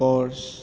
Porsche